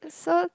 so